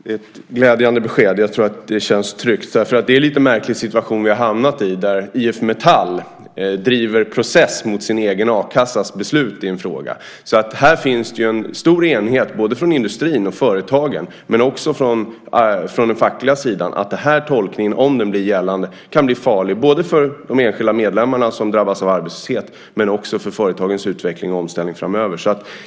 Fru talman! Det är ett glädjande besked, och jag tror att det känns tryggt. Det är en lite märklig situation som vi har hamnat i där IF Metall driver process mot sin egen a-kassas beslut i en fråga. Här finns det alltså en stor enighet både från industrin och från företagen, men också från den fackliga sidan, om att denna tolkning, om den blir gällande, kan bli farlig för de enskilda medlemmarna som drabbas av arbetslöshet men också för företagens utveckling och omställning framöver.